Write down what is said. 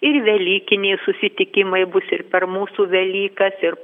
ir velykiniai susitikimai bus ir per mūsų velykas ir